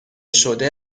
شده